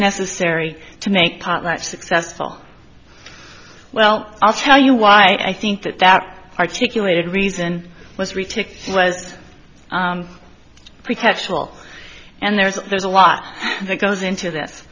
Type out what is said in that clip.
necessary to make potlatch successful well i'll tell you why i think that that articulated reason was retake was pretextual and there's there's a lot that goes into this